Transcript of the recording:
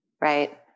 right